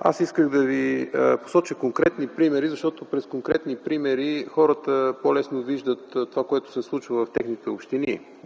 Аз исках да Ви посоча конкретни примери, защото през тях хората по-лесно виждат това, което се случва в техните общини.